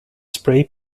spray